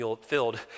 filled